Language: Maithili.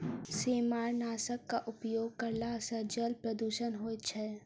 सेमारनाशकक उपयोग करला सॅ जल प्रदूषण होइत छै